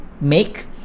make